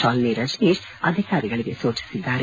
ಶಾಲಿನಿ ರಜನೀಶ್ ಅಧಿಕಾರಿಗಳಿಗೆ ಸೂಚಿಸಿದ್ದಾರೆ